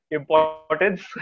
importance